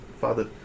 Father